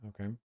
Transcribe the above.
okay